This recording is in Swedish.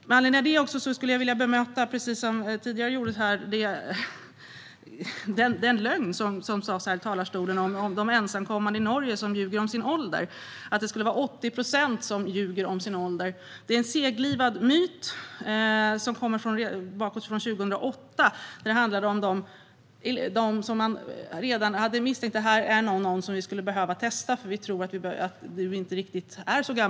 Med anledning av det skulle jag vilja bemöta - precis som tidigare gjordes - den lögn som uttalades här i talarstolen om de ensamkommande i Norge som ljuger om sin ålder. Att det skulle vara 80 procent som ljuger om sin ålder är en seglivad myt som kommer från 2008. Det handlade då om fall där man misstänkte att personen inte var så gammal som den sa, utan där man behövde testa denna.